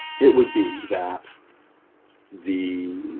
it would be that the